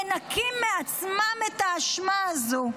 מנקים מעצמם את האשמה הזו.